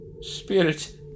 spirit